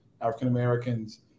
African-Americans